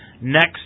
next